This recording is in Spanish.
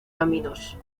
caminos